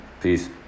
Peace